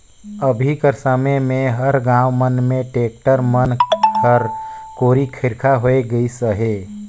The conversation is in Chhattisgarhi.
अभी कर समे मे हर गाँव मन मे टेक्टर मन हर कोरी खरिखा होए गइस अहे